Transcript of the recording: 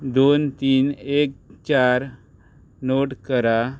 दोन तीन एक चार नोट करा